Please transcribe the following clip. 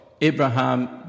Abraham